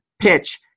PITCH